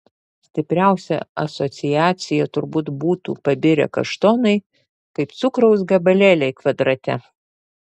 stipriausia asociacija turbūt būtų pabirę kaštonai kaip cukraus gabalėliai kvadrate